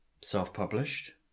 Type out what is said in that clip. self-published